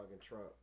Trump